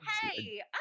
Hey